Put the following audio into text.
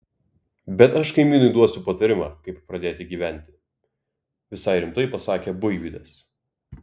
bet aš kaimynui duosiu patarimą kaip pradėti gyventi visai rimtai pasakė buivydas